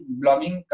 blogging